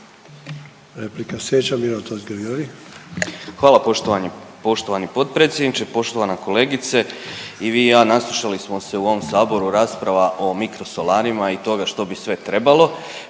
**Totgergeli, Miro (HDZ)** Hvala poštovani potpredsjedniče, poštovana kolegice. I vi i ja naslušali smo se u ovom Saboru rasprava o mikrosolarima i toga što bi sve trebalo,